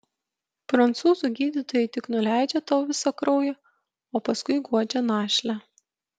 prancūzų gydytojai tik nuleidžia tau visą kraują o paskui guodžia našlę